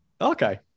Okay